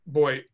boy